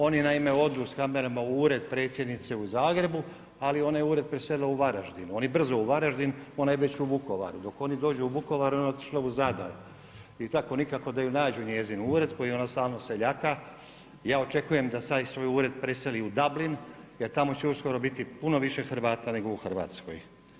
Oni naime odu s kamerama u ured predsjednice u Zagrebu, ali ona je ured preselila u Varaždin, oni brzo u Varaždin, ona je već u Vukovaru, oni dođu u Vukovar, ona otišla u Zadar i tako nikako da ju nađu njezin ured koji ona sam seljaka, ja očekujem da i sad svoj ured preseli u Dublin jer tamo će uskoro biti puno više Hrvata, nego u Hrvatskoj.